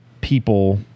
people